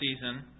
season